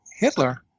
Hitler